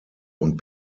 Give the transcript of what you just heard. und